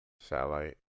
Satellite